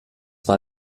war